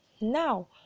Now